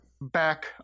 back